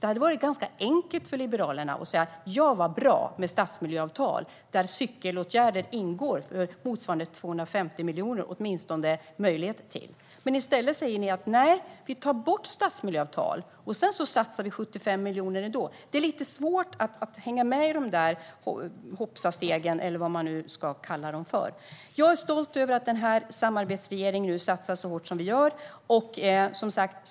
Det hade varit ganska enkelt för Liberalerna att säga: Ja, vad bra med stadsmiljöavtal, där möjlighet till cykelåtgärder motsvarande 250 miljoner ingår. I stället säger ni: Nej, vi tar bort stadsmiljöavtal, och sedan satsar vi 75 miljoner ändå. Det är lite svårt att hänga med i de där hoppsastegen eller vad man nu ska kalla dem. Jag är stolt att samarbetsregeringen nu satsar så hårt som den gör.